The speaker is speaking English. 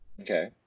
Okay